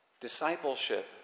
Discipleship